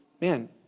man